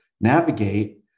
navigate